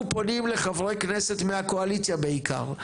אנחנו פונים לחברי כנסת מהקואליציה בעיקר,